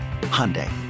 Hyundai